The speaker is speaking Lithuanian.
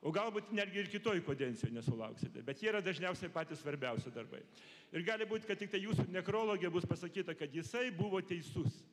o galbūt netgi ir kitoj kodencijoj nesulauksite bet jie yra dažniausiai ir patys svarbiausi darbai ir gali būt kad tiktai jūsų nekrologe bus pasakyta kad jisai buvo teisus